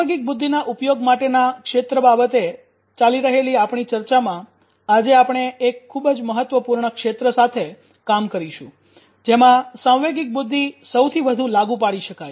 સાંવેગિક બુદ્ધિના ઉપયોગ માટેના ક્ષેત્ર બાબતે ચાલી રહેલી આપણી ચર્ચામાં આજે આપણે એક ખૂબ જ મહત્વપૂર્ણ ક્ષેત્ર સાથે કામ કરીશું જેમાં સાંવેગિક બુદ્ધિ સૌથી વધુ લાગુ પાડી શકાય